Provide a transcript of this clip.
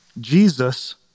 Jesus